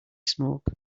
smoke